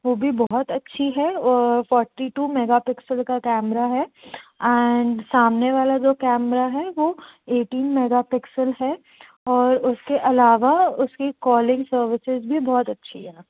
वह भी बहुत अच्छी है और फौर्टी टू मेगा पिक्सल का कैमरा हैं एंड सामने वाला जो कैमरा है वह एटीन मेगा पिक्सल हैं और उसके अलावा उसकी कॉलिंग सर्विसेस भी बहुत अच्छी है